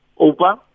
Opa